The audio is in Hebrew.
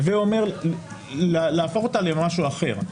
הווה אומר להפוך אותה למשהו אחר.